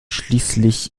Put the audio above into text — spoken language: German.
schließlich